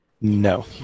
No